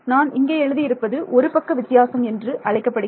நான் இங்கே எழுதி இருப்பது ஒருபக்க வித்தியாசம் என்று அழைக்கப்படுகிறது